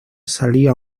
salía